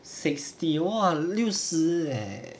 sixty one 六十 leh